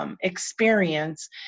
Experience